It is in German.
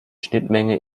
schnittmenge